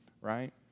right